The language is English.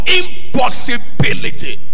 impossibility